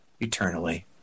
eternally